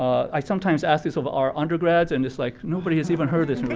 i sometimes ask this of our undergrads and it's like, nobody has even heard this.